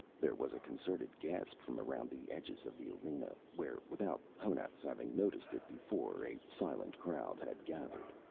there was a concerted gasp from around the edges of the arena, where, without honath's having noticed it before, a silent crowd had gathered.